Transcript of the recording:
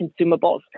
consumables